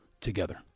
together